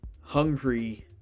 hungry